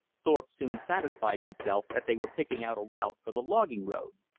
thorpe soon satisfied himself that they were picking out a route for the logging road.